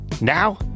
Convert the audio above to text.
Now